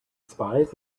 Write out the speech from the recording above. spies